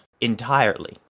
entirely